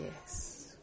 Yes